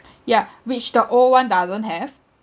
yeah which the old one doesn't have